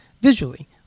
visually